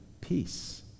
peace